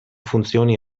funzioni